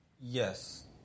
Yes